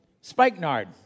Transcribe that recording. spikenard